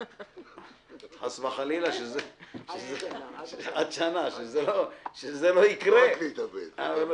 חס וחלילה שזה לא יקרה...